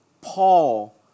Paul